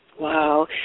Wow